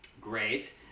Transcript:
great